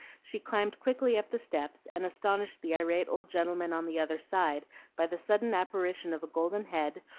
she climbed quickly up the steps, and astonished the irate old gentleman on the other side by the sudden apparition of a golden head,